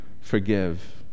forgive